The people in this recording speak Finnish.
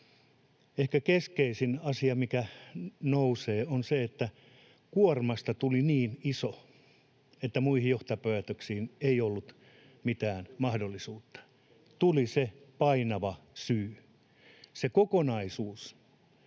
ehkä keskeisin asia, mikä nousee, on se, että kuormasta tuli niin iso, että muihin johtopäätöksiin ei ollut mitään mahdollisuutta. Tuli se painava syy. Se kokonaisuus